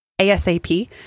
ASAP